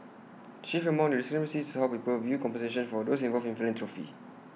chief among the discrepancies is how people view compensation for those involved in philanthropy